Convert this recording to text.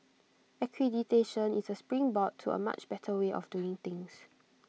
accreditation is A springboard to A much better way of doing things